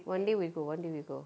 one day we go one day we go